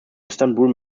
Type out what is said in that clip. istanbul